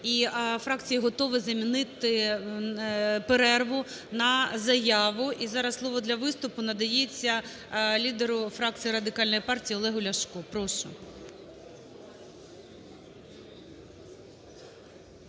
І фракції готові замінити перерву на заяву. І зараз слово для виступу надається лідеру фракції Радикальної партії Олегу Ляшку. Прошу.